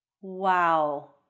Wow